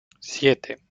siete